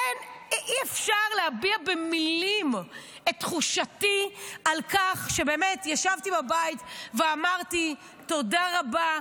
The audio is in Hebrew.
אי-אפשר להביע במילים את תחושתי כשישבתי בבית ואמרתי: תודה רבה.